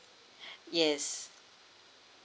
yes